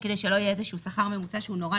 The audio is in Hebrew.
כדי שלא יהיה איזה שהוא שכר ממוצע שהוא נורא